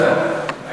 יש עוד 14 דקות, בסדר?